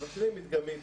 מבקרים מדגמית,